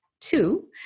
two